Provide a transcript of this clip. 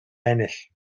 ennill